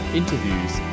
interviews